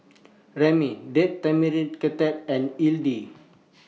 Ramen Date Tamarind and